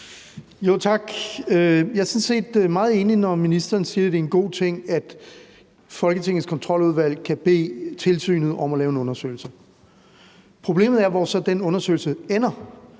Tak. Jeg er sådan set meget enig, når ministeren siger, det er en god ting, at Folketingets Kontroludvalg kan bede tilsynet om at lave en undersøgelse. Problemet er, hvor den undersøgelse så ender.